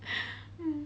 mm